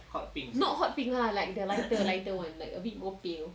not hot pink lah like the like the lighter [one] like a bit more pale